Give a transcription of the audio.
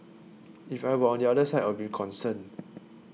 if I were on the other side I'd be concerned